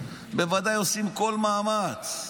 בוודאי עושים כל מאמץ.